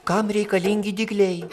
kam reikalingi dygliai